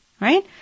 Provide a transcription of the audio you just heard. Right